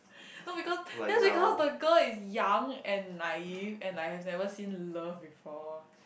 no because that's because the girl is young and naive and like has never seen love before